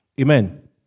Amen